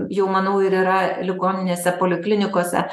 jau manau ir yra ligoninėse poliklinikose